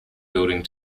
building